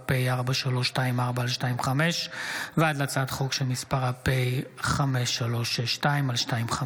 פ/4324/25 ועד להצעת חוק שמספרה פ/5362/25: